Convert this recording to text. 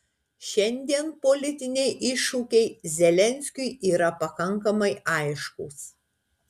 šiandien politiniai iššūkiai zelenskiui yra pakankamai aiškūs